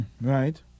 right